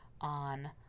on